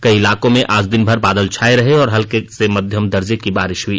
कई इलाकों में आज दिनभर बादल छाये रहे और हल्के से मध्यम दर्जे की बारिश हुई